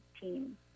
team